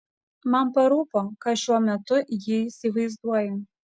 man parūpo ką šiuo metu ji įsivaizduoja